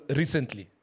recently